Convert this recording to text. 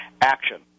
action